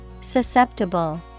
Susceptible